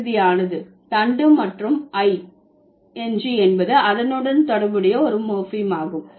இறுதியானது தண்டு மற்றும் i n g என்பது அதனுடன் தொடர்புடைய ஒரு மோர்பீம் ஆகும்